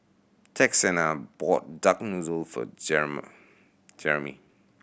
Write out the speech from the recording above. Texanna bought duck noodle for Jeramie